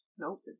Nope